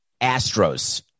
Astros